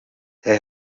hij